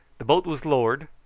the boat was lowered,